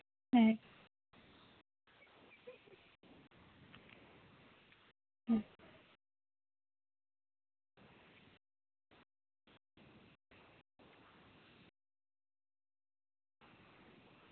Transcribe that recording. ᱦᱮᱸ ᱦᱩᱸ